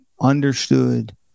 understood